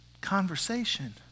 conversation